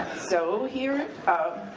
so, here